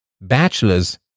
Bachelors